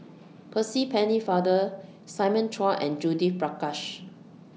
Percy Pennefather Simon Chua and Judith Prakash